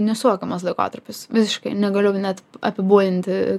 nesuvokiamas laikotarpis visiškai negaliu net apibūdinti